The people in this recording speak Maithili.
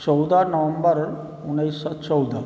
चौदह नवम्बर उन्नैस सए चौदह